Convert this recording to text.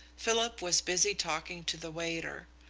philip was busy talking to the waiter.